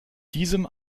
diesem